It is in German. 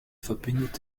verbindet